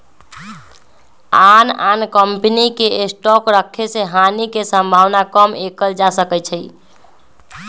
आन आन कम्पनी के स्टॉक रखे से हानि के सम्भावना कम कएल जा सकै छइ